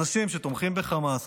אנשים שתומכים בחמאס,